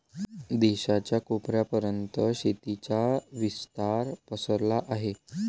देशाच्या कोपऱ्या पर्यंत शेतीचा विस्तार पसरला आहे